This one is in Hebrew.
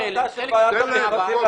חלק הגיע.